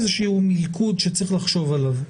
איזשהו מלכוד שצריך לחשוב עליו.